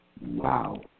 Wow